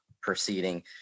proceeding